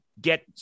get